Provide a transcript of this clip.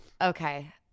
Okay